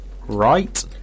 Right